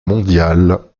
mondiale